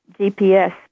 GPS